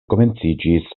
komenciĝis